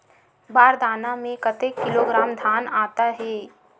बार दाना में कतेक किलोग्राम धान आता हे?